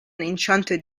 enchanted